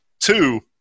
Two